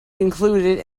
included